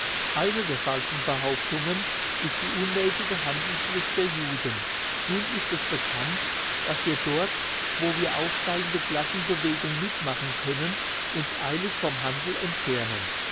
eine der falschen behauptungen ist die unmässige handelslust der juden nun ist es bekannt dass wir dort wo wir die aufsteigende classenbewegung mitmachen können uns eilig vom handel entfernen